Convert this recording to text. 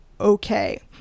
okay